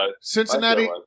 Cincinnati